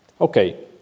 Okay